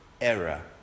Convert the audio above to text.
error